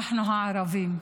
אנחנו, הערבים,